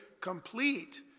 Complete